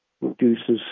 reduces